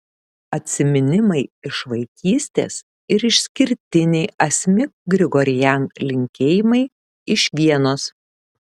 atsiminimai iš vaikystės ir išskirtiniai asmik grigorian linkėjimai iš vienos